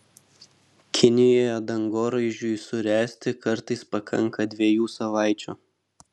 kinijoje dangoraižiui suręsti kartais pakanka dviejų savaičių